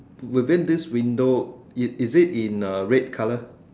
within this window is it in the red colour